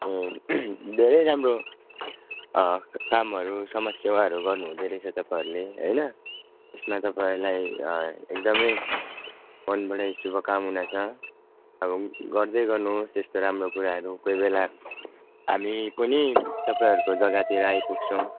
ए धेरै राम्रो कामहरू समाज सेवाहरू गर्नु हुँदैरहेछ तपाईँहरूले होइन यसमा तपाईँहरूलाई एकदमै मनबाटै शुभकामना छ अब गर्दै गर्नुहोस यस्तो राम्रो कुराहरू कोही बेला हामी पनि तपाईँहरूको जग्गातिर आइपुग्छौँ